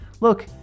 look